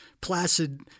placid